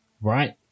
right